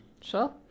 Sure